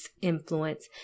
influence